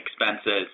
expenses